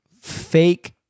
fake